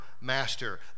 master